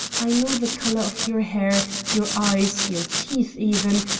i know the colour of your hair, your eyes, your teeth even,